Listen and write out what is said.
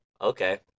Okay